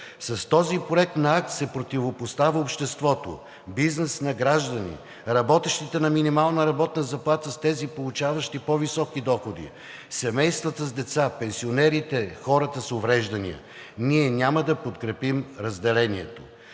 С този проект на акт се противопоставя обществото – бизнес на граждани, работещите на минимална работна заплата с тези, получаващи по-високи доходи, семействата с деца, пенсионерите, хората с увреждания. Ние няма да подкрепим разделението.